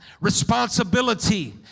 responsibility